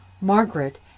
margaret